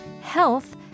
Health